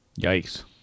Yikes